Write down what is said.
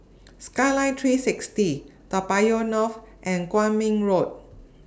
Skyline three sixty Toa Payoh North and Kwong Min Road